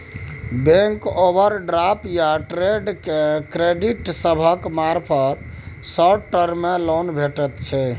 bank overdraft या trade credit सभक मार्फत शॉर्ट टर्म लोन भेटइ छै